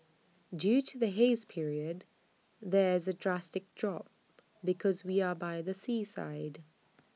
due to the haze period there A drastic drop because we are by the seaside